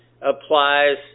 applies